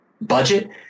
budget